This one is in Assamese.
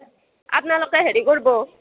আপ্নালোকে হেৰি কৰ্ব